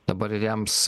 dabar rems